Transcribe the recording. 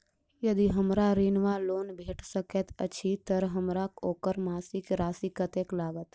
यदि हमरा ऋण वा लोन भेट सकैत अछि तऽ हमरा ओकर मासिक राशि कत्तेक लागत?